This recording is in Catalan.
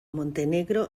montenegro